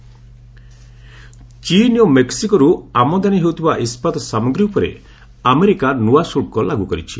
you S duty ଚୀନ୍ ଓ ମେକ୍କିକୋରୁ ଆମଦାନୀ ହେଉଥିବା ଇସ୍କାତ ସାମଗ୍ରୀ ଉପରେ ଆମେରିକା ନୂଆ ଶୁଳ୍କ ଲାଗୁ କରିଛି